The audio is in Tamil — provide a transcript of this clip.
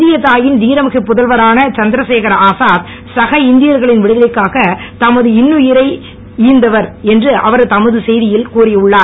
இந்தியத் தாயின் திரமிகு புதல்வரான சந்திரசேகர ஆசாத் சக இந்தியர்களின் விடுதலைக்காக தம் இன்னுயிரை ஈந்தவர் என்று அவர் தமது செய்தியில் கூறியுள்ளார்